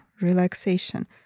relaxation